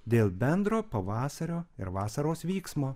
dėl bendro pavasario ir vasaros vyksmo